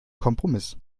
kompromiss